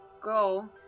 go